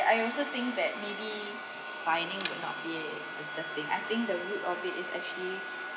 I also think that maybe fining would not be the third thing I think the root of it is actually